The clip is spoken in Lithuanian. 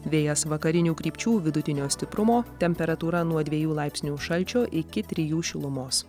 vėjas vakarinių krypčių vidutinio stiprumo temperatūra nuo dviejų laipsnių šalčio iki trijų šilumos